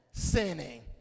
Sinning